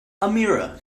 amira